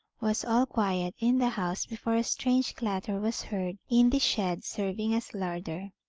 was all quiet in the house before a strange clatter was heard in the shed serving as larder.